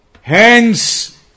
Hence